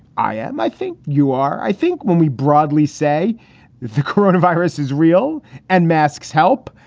i am. i think you are. i think when we broadly say the current virus is real and masks help.